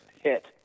hit